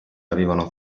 avevano